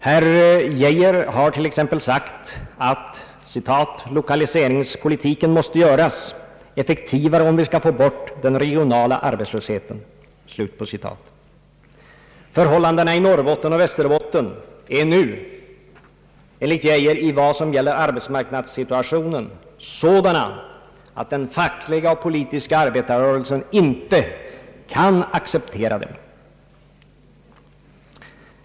Herr Geijer har t.ex. sagt: »Lokaliseringspolitiken måste göras effektivare om vi skall få bort den regionala arbetslösheten.» Förhållandena i Norrbotten och Västerbotten är nu enligt herr Geijer i vad som gäller arbetsmarknadssituationen sådana, att den fackliga och politiska arbetarrörelsen inte kan acceptera dem.